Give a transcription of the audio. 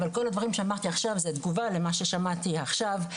אבל כל הדברים שאמרתי עכשיו הם תגובה למה ששמעתי עכשיו,